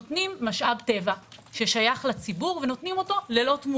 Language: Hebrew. נותנים משאב טבע ששייך לציבור - בחינם.